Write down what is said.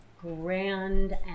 grand